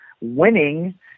winning